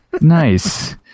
Nice